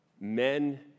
Men